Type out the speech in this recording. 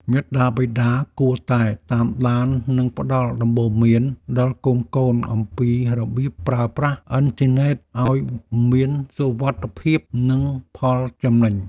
មាតាបិតាគួរតែតាមដាននិងផ្ដល់ដំបូន្មានដល់កូនៗអំពីរបៀបប្រើប្រាស់អ៊ីនធឺណិតឱ្យមានសុវត្ថិភាពនិងផលចំណេញ។